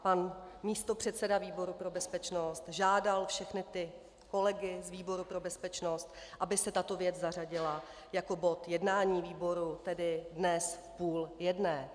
Pan místopředseda výboru pro bezpečnost žádal všechny kolegy z výboru pro bezpečnost, aby se tato věc zařadila jako bod jednání výboru, tedy dnes v půl jedné.